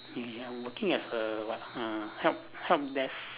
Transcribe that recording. ya working as a what uh help help desk